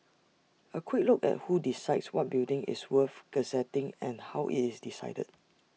A quick look at who decides what building is worth gazetting and how IT is decided